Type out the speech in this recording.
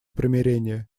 примирения